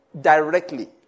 directly